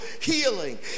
healing